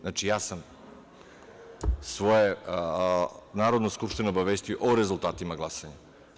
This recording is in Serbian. Znači, ja sam Narodnu skupštinu obavestio o rezultatima glasanja.